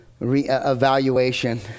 evaluation